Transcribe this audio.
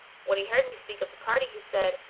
when he heard me speak of the party, he said,